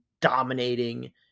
dominating